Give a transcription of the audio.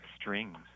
strings